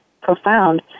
profound